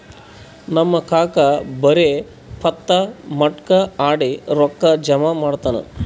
ನಮ್ ಕಾಕಾ ಬರೇ ಪತ್ತಾ, ಮಟ್ಕಾ ಆಡಿ ರೊಕ್ಕಾ ಜಮಾ ಮಾಡ್ತಾನ